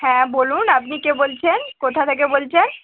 হ্যাঁ বলুন আপনি কে বলছেন কোথা থেকে বলছেন